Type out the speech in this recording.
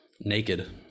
naked